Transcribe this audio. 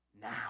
now